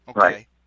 Okay